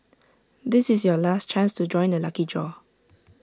this is your last chance to join the lucky draw